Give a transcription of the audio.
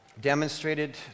demonstrated